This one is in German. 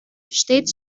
steht